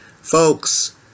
Folks